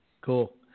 Cool